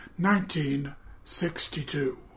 1962